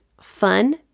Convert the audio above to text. fun